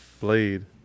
Blade